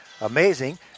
Amazing